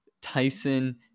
Tyson